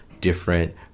different